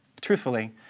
truthfully